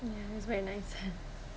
ya it's very nice